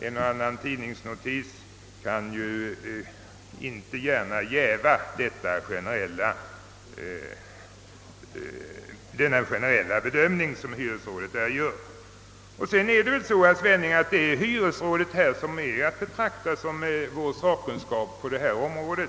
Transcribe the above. En och annan tidningsnotis kan inte gärna jäva hyresrådets generella bedömning. Och det är ju hyresrådet, herr Svenning, som är att betrakta som vår sakkunskap på detta område.